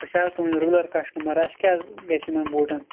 أسۍ حظ تُہٕنٛدۍ رگیٛوٗلَر کَسٹٕمَر اَسہِ کیٛاہ گژھِ یِمَن بوٗٹَن